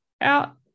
out